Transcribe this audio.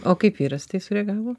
o kaip vyras į tai sureagavo